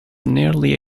nearly